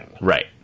Right